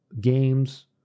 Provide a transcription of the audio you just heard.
games